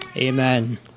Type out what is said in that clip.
Amen